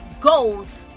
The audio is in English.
goals